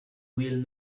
will